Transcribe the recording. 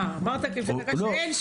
אמרת לפני דקה שאין שיקום.